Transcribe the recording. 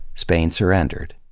spain surrendered.